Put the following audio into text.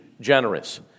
generous